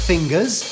Fingers